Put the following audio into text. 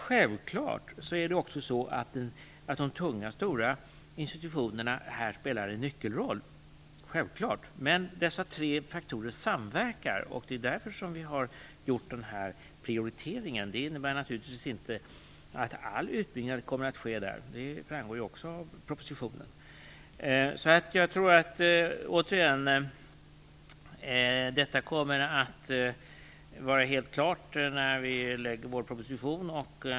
Självfallet är det så att de stora tunga institutionerna spelar en nyckelroll. Men dessa tre faktorer samverkar, och det är därför vi har gjort den här prioriteringen. Det innebär naturligtvis inte att all utbildning kommer att ske vid de mindre högskolorna. Det framgår också av propositionen. Jag tror att detta kommer att stå helt klart när vi när lägger fram vår proposition.